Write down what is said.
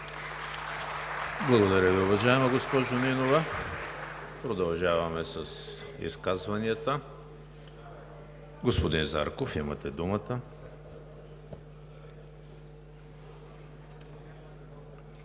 Благодаря Ви, уважаема госпожо Нинова. Продължаваме с изказванията. Господин Зарков, имате думата.